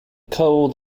cold